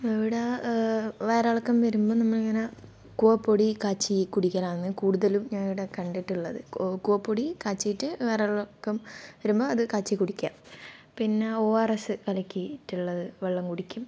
ഇവിടെ വയറിളക്കം വരുമ്പോൾ നമ്മളിങ്ങനെ കൂവപ്പൊടി കാച്ചി കുടിക്കലാണ് കൂടുതലും ഞാൻ ഇവിടെ കണ്ടിട്ടുള്ളത് കൂവപ്പൊടി കാച്ചിട്ട് വയറിളക്കം വരുമ്പോൾ അത് കാച്ചി കുടിക്കുക പിന്നെ ഒ ആർ എസ് കലക്കിട്ടുള്ളത് വെള്ളം കുടിക്കും